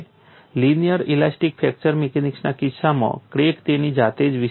linear elastic fracture મિકેનિક્સના કિસ્સામાં crack તેની જાતે જ વિસ્તરી શકે છે